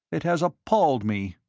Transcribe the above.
it has appalled me.